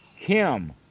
kim